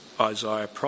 Isaiah